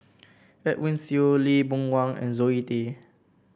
Edwin Siew Lee Boon Wang and Zoe Tay